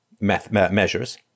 measures